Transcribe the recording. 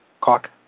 cock-